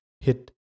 hit